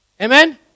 Amen